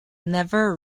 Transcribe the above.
never